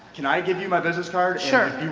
can i give you my business card? sure,